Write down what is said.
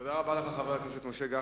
תודה רבה לך, חבר הכנסת משה גפני.